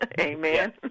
Amen